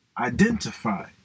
identify